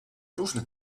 różne